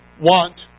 want